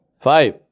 Five